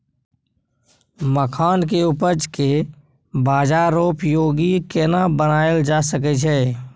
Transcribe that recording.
मखान के उपज के बाजारोपयोगी केना बनायल जा सकै छै?